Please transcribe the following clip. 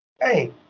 hey